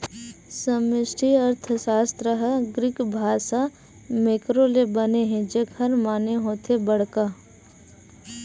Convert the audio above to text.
समस्टि अर्थसास्त्र ह ग्रीक भासा मेंक्रो ले बने हे जेखर माने होथे बड़का